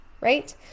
right